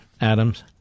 Adams